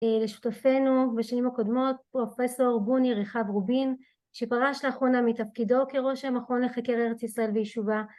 לשותפינו בשנים הקודמות פרופסור בוני רחב רובין שפרש לאחרונה מתפקידו כראש המכון לחקר ארץ ישראל ויישובה